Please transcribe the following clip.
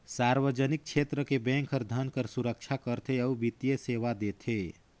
सार्वजनिक छेत्र के बेंक हर धन कर सुरक्छा करथे अउ बित्तीय सेवा देथे